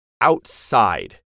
outside